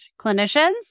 clinicians